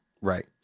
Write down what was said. right